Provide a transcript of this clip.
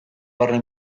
barne